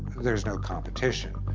there's no competition.